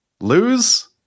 Lose